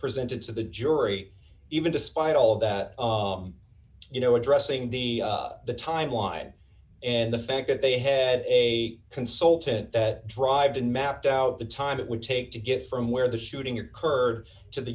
presented to the jury even despite all that you know addressing the timeline and the fact that they had a consultant that drive and mapped out the time it would take to get from where the shooting occurred to the